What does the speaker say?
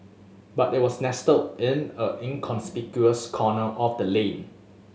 but it was nestled in a inconspicuous corner of the lane